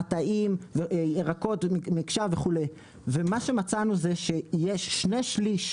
מטעים וירקות ומקשה וכו' ומה שמצאנו זה שיש שני שליש,